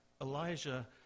Elijah